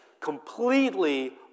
completely